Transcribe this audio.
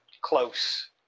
close